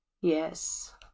Yes